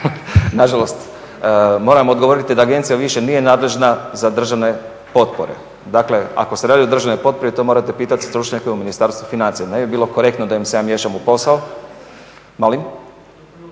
Nažalost moram odgovoriti da agencija više nije nadležna za državne potpore. Dakle, ako se radi o državnoj potpori to morate pitati stručnjake u Ministarstvu financija. Ne bi bilo korektno da im se ja miješam u posao …